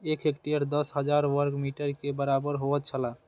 एक हेक्टेयर दस हजार वर्ग मीटर के बराबर होयत छला